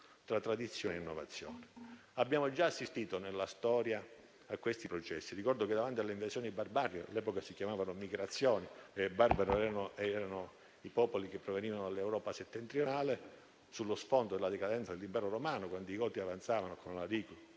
tra tradizione e innovazione. Abbiamo già assistito nella storia a questi processi. Ricordo le invasioni barbariche, che all'epoca si chiamavano migrazioni e i barbari erano i popoli che provenivano dall'Europa settentrionale, sullo sfondo della decadenza dell'Impero romano. Quando i goti avanzavano con Alarico